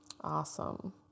Awesome